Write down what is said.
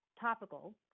topical